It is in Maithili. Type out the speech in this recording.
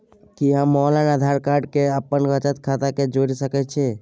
कि हम ऑनलाइन आधार कार्ड के अपन बचत खाता से जोरि सकै छी?